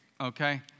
Okay